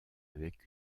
avec